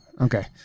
Okay